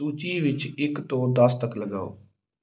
ਸੂਚੀ ਵਿੱਚ ਇੱਕ ਤੋਂ ਦਸ ਤੱਕ ਲਗਾਓ